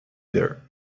there